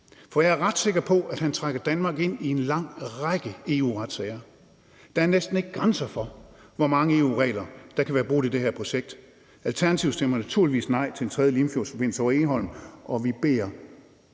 For jeg er ret sikker på, at han trækker Danmark ind i en lang række EU-retssager. Der er næsten ikke grænser for, hvor mange EU-regler der kan være brudt i det her projekt. Alternativet stemmer naturligvis nej til en tredje Limfjordsforbindelse over Egholm, og vi beder